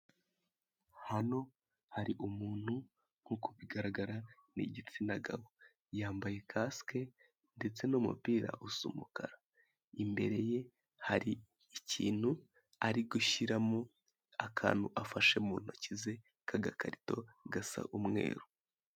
Hano hari umuntu nk'uko bigaragara ni igitsina gabo, yamabye kasike ndetse n'umupira usa umukara. Imbere ye hari ikintu ari gushyiramo akantu afashe mu ntoki ze k'agakarito gasa umweru.